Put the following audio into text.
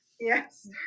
Yes